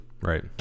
Right